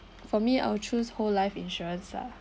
for me I'll choose whole life insurance ah